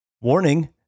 Warning